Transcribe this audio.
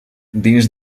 dins